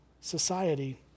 society